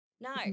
no